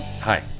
Hi